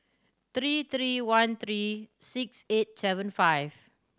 three three one three six eight seven five